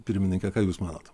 pirmininke ką jūs manot